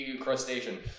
Crustacean